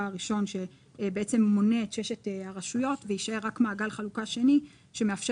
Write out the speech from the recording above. הראשון של שש הרשויות ויישאר רק מעגל חלוקה שני שמאפשר